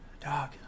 dog